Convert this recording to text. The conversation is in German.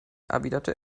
erwiderte